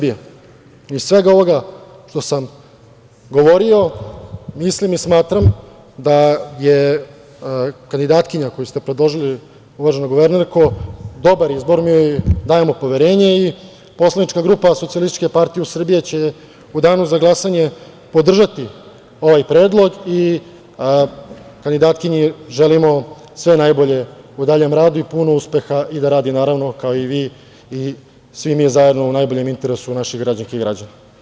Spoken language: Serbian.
Iz svega ovog što sam govorio, mislim i smatram da je kandidatkinja koju ste predložili, uvažena guvernerko, dobar izbor i dajemo poverenje i poslanička grupa SPS će u Danu za glasanje podržati ovaj predlog i kandidatkinji želimo sve najbolje u daljem radu i puno uspeha i da radi naravno kao i vi i svi mi zajedno u najboljem interesu naših građanki i građana.